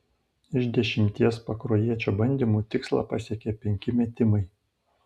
iš dešimties pakruojiečio bandymų tikslą pasiekė penki metimai